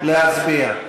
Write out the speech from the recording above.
להצביע.